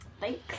Thanks